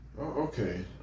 okay